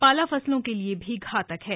पाला फसलों के लिए भी घातक है